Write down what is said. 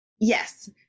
Yes